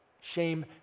Shame